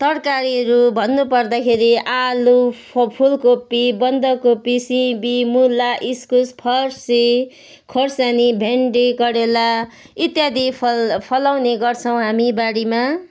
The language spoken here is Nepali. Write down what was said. तरकारीहरू भन्नुपर्दाखेरि आलु फ फुलकोपी बन्दकोपी सिमी मूला इस्कुस फर्सी खोर्सानी भेन्डी करेला इत्यादि फल फलाउने गर्छौँ हामी बारीमा